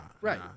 right